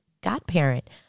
godparent